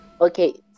okay